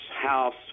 house